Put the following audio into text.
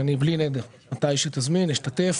ואני בלי נדר, מתי שתזמין אשתתף.